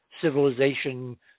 civilization